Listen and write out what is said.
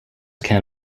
can